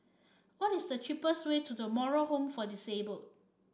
what is the cheapest way to The Moral Home for Disabled